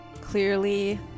clearly